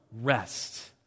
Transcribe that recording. rest